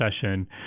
session